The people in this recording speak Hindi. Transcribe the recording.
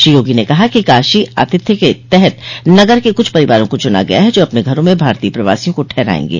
श्री योगी ने कहा कि काशी आथित्य के तहत नगर के कुछ परिवारों को चुना गया है जो अपने घरों में भारतीय प्रवासियों को ठहरायेंगे